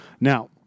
Now